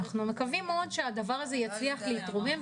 אנחנו מעריכים שאם הוא מסוגל לדחוק את זן הדלתא,